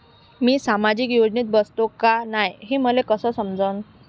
मी सामाजिक योजनेत बसतो का नाय, हे मले कस समजन?